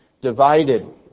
divided